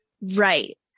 Right